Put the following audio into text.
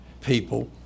people